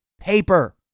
paper